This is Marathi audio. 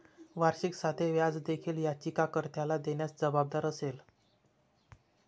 वार्षिक साधे व्याज देखील याचिका कर्त्याला देण्यास जबाबदार असेल